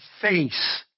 face